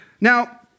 Now